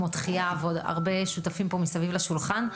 כמו תחיה ועוד הרבה שותפים פה מסביב לשולחן.